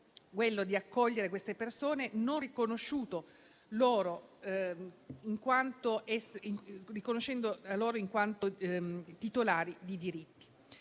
quello di accogliere quelle persone è un atto riconosciuto loro in quanto titolari di diritti.